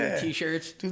t-shirts